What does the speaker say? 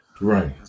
Right